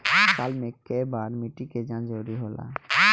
साल में केय बार मिट्टी के जाँच जरूरी होला?